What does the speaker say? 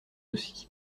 aussi